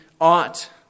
ought